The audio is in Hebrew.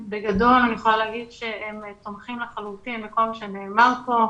בגדול אני יכולה לומר שהם לחלוטין תומכים בכל מה שנאמר כאן.